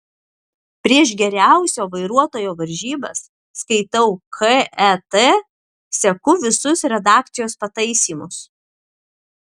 prieš geriausio vairuotojo varžybas skaitau ket seku visus redakcijos pataisymus